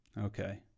Okay